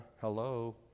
hello